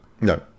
No